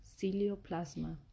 cilioplasma